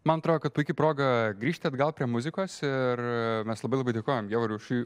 man atrodo kad puiki proga grįžti atgal prie muzikos ir mes labai labai dėkojam jovarui už šį